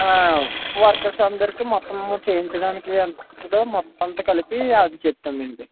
workers అందరికి మొత్తం చేయించడానికి ఎంత అవుతాదో మొత్తం అంతా కలిపి అది చెప్తామండి